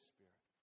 Spirit